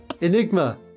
Enigma